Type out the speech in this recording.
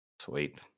sweet